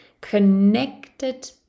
connected